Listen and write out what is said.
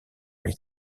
les